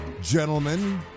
gentlemen